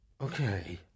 Okay